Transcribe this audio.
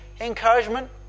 encouragement